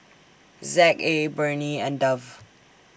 Z A Burnie and Dove